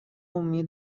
عمومی